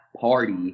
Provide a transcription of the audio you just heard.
party